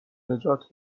نجات